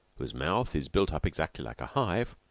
whose mouth is built up exactly like a hive,